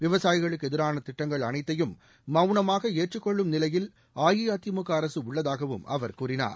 விவசாயிகளுக்கு எதிரான திட்டங்கள் அனைத்தையும் மவுனமாக ஏற்றுக்கொள்ளும் நிலையில் அஇஅதிமுக அரசு உள்ளதாகவும் அவர் கூறினார்